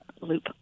loop